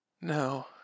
No